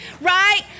right